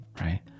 right